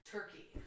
Turkey